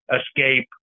escape